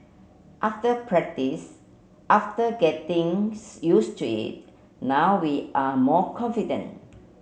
after practice after getting use to it now we are more confident